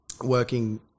working